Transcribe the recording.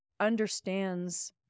understands